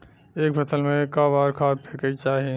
एक फसल में क बार खाद फेके के चाही?